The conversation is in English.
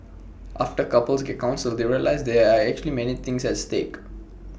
after couples get counselled they realise there are actually many things at stake